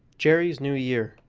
jerry's new year